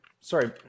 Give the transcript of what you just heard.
Sorry